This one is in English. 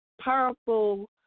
powerful